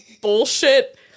bullshit